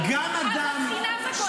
אהבת חינם וכל זה.